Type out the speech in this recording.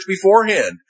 beforehand